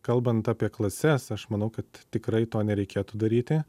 kalbant apie klases aš manau kad tikrai to nereikėtų daryti